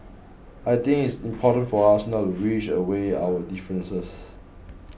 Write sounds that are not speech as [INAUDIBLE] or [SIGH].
I think it's important for us not [UNINTELLIGIBLE] wish away our differences